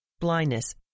blindness